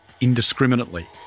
indiscriminately